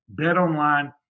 BetOnline